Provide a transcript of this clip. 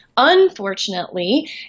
Unfortunately